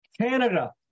Canada